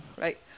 right